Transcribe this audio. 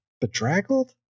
Bedraggled